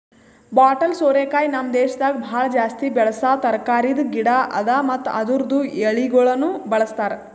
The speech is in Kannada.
ಬಾಟಲ್ ಸೋರೆಕಾಯಿ ನಮ್ ದೇಶದಾಗ್ ಭಾಳ ಜಾಸ್ತಿ ಬೆಳಸಾ ತರಕಾರಿದ್ ಗಿಡ ಅದಾ ಮತ್ತ ಅದುರ್ದು ಎಳಿಗೊಳನು ಬಳ್ಸತಾರ್